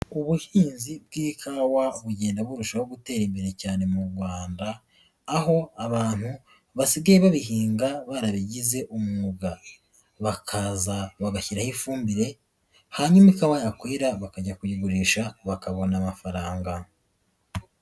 Ubuhinzi bw'ikawa bugenda burushaho gutera imbere cyane mu Rwanda, aho abantu basigaye babihinga barabigize umwuga, bakaza bagashyiraho ifumbire hanyuma ikawa yakwera bakajya kuyigurisha bakabona amafaranga.